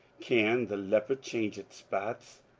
can the leopard change its spots?